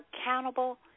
accountable